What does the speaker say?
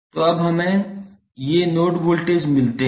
तो जब हमें ये नोड वोल्टेज मिलते हैं